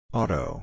Auto